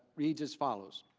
reads as follows.